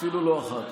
אפילו לא אחת.